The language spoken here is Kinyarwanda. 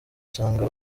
usanga